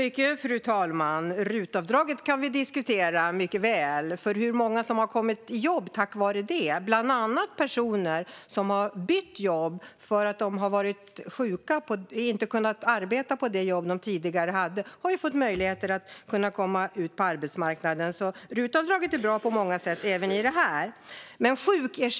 Fru talman! RUT-avdraget kan vi mycket väl diskutera, för det är många som har kommit i jobb tack vare det. Bland annat personer som har bytt jobb eftersom de inte kunnat arbeta på sitt tidigare arbete har fått möjlighet att komma ut på arbetsmarknaden, så RUT-avdraget är bra på många sätt, även i det här sammanhanget.